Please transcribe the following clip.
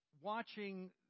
watching